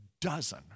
dozen